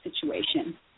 situation